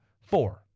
Four